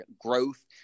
growth